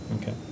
Okay